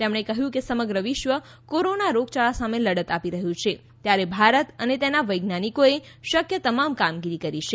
તેમણે કહ્યું કે સમગ્ર વિશ્વ કોરોના રોગચાળા સામે લડત આપી રહ્યું છે ત્યારે ભારત અને તેના વૈજ્ઞાનિકોએ શક્ય તમામ કામગીરી કરી છે